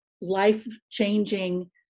life-changing